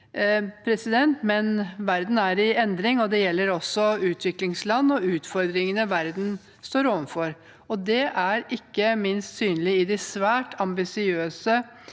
Men verden er i endring, og det gjelder også utviklingsland og utfordringene verden står overfor. Det er ikke minst synlig i de svært ambisiøse